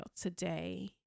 today